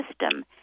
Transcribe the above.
system